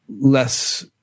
less